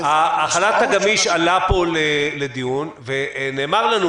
החל"ת הגמיש עלה פה לדיון ונאמר לנו,